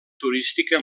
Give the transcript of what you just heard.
turística